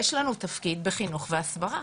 יש לנו תפקיד בחינוך והסברה.